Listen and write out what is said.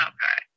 Okay